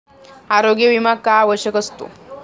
आरोग्य विमा का आवश्यक असतो?